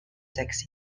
taxi